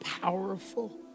powerful